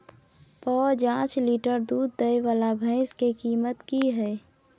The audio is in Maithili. प जॉंच लीटर दूध दैय वाला भैंस के कीमत की हय?